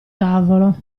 tavolo